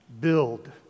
Build